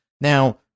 Now